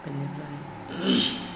बेनिफ्राय